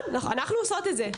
נכון, אנחנו עושות את זה.